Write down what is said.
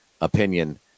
opinion